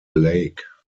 lake